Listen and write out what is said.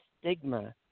stigma